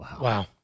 Wow